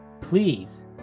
please